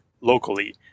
locally